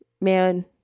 man